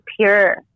pure